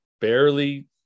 barely